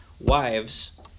wives